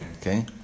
Okay